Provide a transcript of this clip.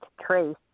trace